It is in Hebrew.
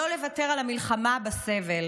לא לוותר על המלחמה בסבל